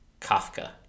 Kafka